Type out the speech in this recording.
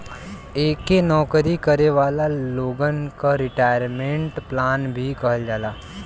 एके नौकरी करे वाले लोगन क रिटायरमेंट प्लान भी कहल जाला